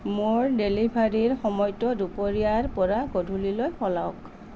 মোৰ ডেলিভাৰীৰ সময়টো দুপৰীয়াৰ পৰা গধূলিলৈ সলাওঁক